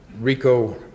Rico